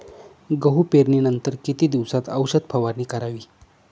गहू पेरणीनंतर किती दिवसात औषध फवारणी करावी?